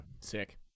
Sick